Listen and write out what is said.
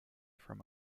from